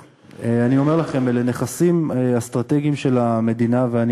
כדי לנסות לייצר דברים שעד היום לצערי לא היו ואני